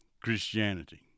Christianity